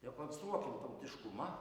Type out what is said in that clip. dekonstruokim tautiškumą